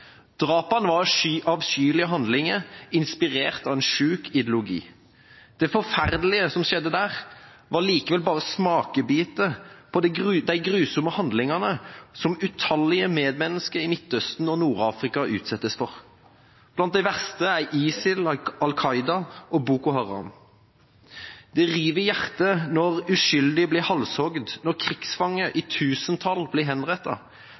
Drapene var avskyelige handlinger, inspirert av en syk ideologi. Det forferdelige som skjedde der, var likevel bare smakebiter av de grusomme handlingene som utallige medmennesker i Midtøsten og Nord-Afrika utsettes for. Blant de verste er ISIL, Al Qaida og Boko Haram. Det river i hjertet når uskyldige blir halshogd, når krigsfanger i tusentall blir